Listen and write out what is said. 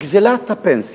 גזלת הפנסיה.